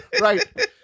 right